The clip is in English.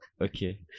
okay